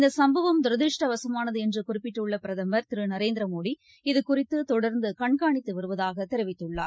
இந்தசம்பவம் துரதிருஷ்டவசமானதுஎன்றுகுறிப்பிட்டுள்ளபிரதமர் திருநரேந்திரமோடி இதுகுறித்துதொடர்ந்துகண்காணித்துவருவதாகதெரிவித்துள்ளார்